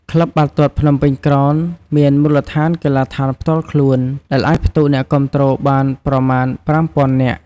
ក្លឹបបាល់ទាត់ភ្នំពេញក្រោនមានមូលដ្ឋានកីឡដ្ឋានផ្ទាល់ខ្លួន ដែលអាចផ្ទុកអ្នកគាំទ្របានប្រមាណ ៥,០០០ នាក់។